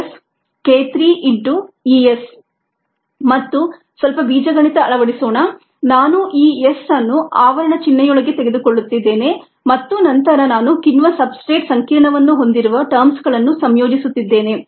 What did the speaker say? k1Et ES S k2 k3 ES ಮತ್ತು ಸ್ವಲ್ಪ ಬೀಜಗಣಿತ ಅಳವಡಿಸೋಣ ನಾನು ಈ S ಅನ್ನು ಆವರಣ ಚಿಹ್ನೆಯೊಳಗೆ ತೆಗೆದುಕೊಳ್ಳುತ್ತಿದ್ದೇನೆ ಮತ್ತು ನಂತರ ನಾನು ಕಿಣ್ವ ಸಬ್ಸ್ಟ್ರೇಟ್ ಸಂಕೀರ್ಣವನ್ನು ಹೊಂದಿರುವ ಟರ್ಮ್ಸ್ ಗಳನ್ನು ಸಂಯೋಜಿಸುತ್ತಿದ್ದೇನೆ